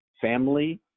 family